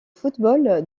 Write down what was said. football